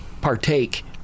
partake